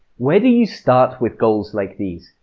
where do you start with goals like these?